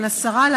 אבל השרה,